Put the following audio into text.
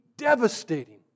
devastating